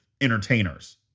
entertainers